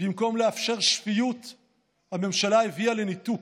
במקום לאפשר שפיות הממשלה הביאה לניתוק,